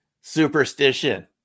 Superstition